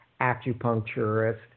acupuncturist